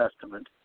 Testament